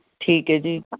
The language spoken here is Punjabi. ਠੀਕ ਹੈ ਜੀ